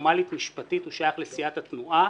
פורמלית משפטית הוא שייך לסיעת התנועה,